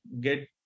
get